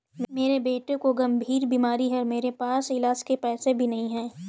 मेरे बेटे को गंभीर बीमारी है और मेरे पास इलाज के पैसे भी नहीं